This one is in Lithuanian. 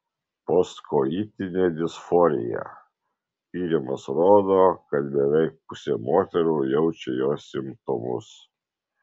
postkoitinė disforija tyrimas rodo kad beveik pusė moterų jaučia jos simptomus